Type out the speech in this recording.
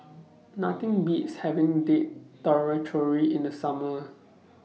Nothing Beats having Date Tamarind Chutney in The Summer